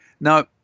Now